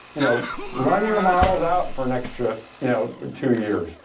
you know run your models out for an extra you know two years,